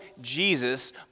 Jesus